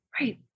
Right